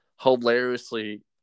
hilariously